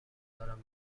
دارم